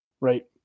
right